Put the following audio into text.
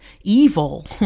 evil